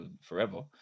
forever